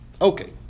Okay